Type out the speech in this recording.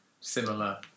similar